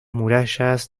murallas